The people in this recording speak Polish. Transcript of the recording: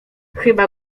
chyba